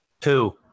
two